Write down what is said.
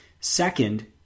Second